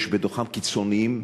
יש בתוכם קיצונים,